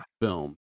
film